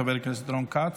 חבר הכנסת רון כץ,